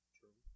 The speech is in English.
True